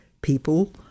people